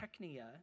technia